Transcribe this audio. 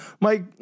Mike